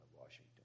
Washington